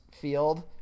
field